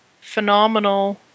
phenomenal